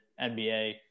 NBA